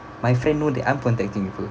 my friend know that I'm contacting with her